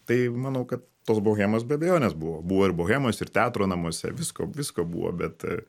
tai manau kad tos bohemos be abejonės buvo buvo ir bohemos ir teatro namuose visko visko buvo bet